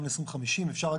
גם ל-2050.